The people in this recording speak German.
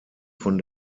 von